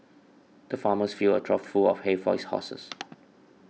the farmers filled a trough full of hay for his horses